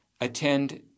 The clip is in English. attend